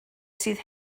sydd